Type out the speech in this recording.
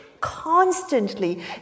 constantly